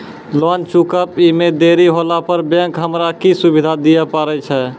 Loan चुकब इ मे देरी होला पर बैंक हमरा की सुविधा दिये पारे छै?